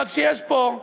אבל כשיש פה,